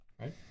right